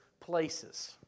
places